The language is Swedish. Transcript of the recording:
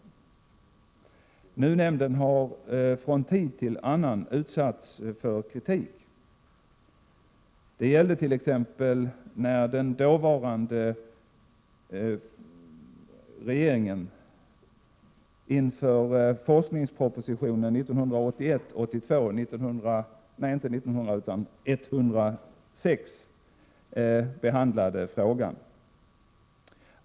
NUU-nämnden har från tid till annan utsatts för kritik. Det gällde t.ex. när den dåvarande regeringen inför forskningspropositionen 1981/82:106 behandlade frågan.